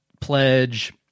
pledge